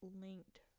linked